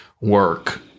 work